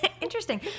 Interesting